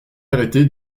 arrêté